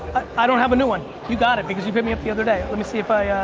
i don't have a new one. you got it because you've hit me up the other day. let me see if i.